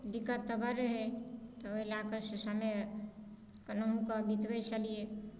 दिक्कत तऽ बड़ रहै तऽ ओहि लए कऽ से समय कोनहु कऽ बितबै छलियै